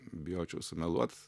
bijočiau sumeluot